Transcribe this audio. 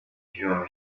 ivyuma